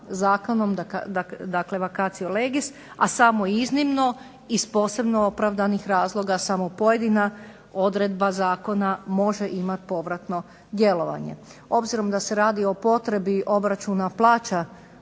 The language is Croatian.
zakonom, dakle vacatio legis, a samo iznimno iz posebno opravdanih razloga samo pojedina odredba zakona može imati povratno djelovanje. Obzirom da se radi o potrebi obračuna plaća